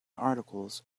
articles